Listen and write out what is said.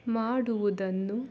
ಮಾಡುವುದನ್ನು